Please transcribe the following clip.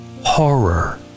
horror